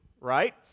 right